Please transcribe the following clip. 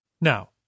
Now